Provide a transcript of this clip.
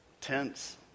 Tents